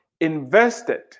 invested